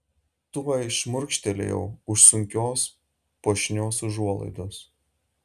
tuoj šmurkštelėjau už sunkios puošnios užuolaidos